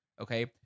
Okay